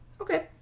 Okay